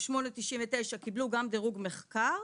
ו-8.99 קיבלו גם דירוג מחקר,